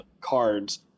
cards